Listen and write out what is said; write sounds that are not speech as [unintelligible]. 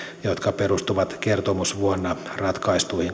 jotka perustuvat kertomusvuonna ratkaistuihin [unintelligible]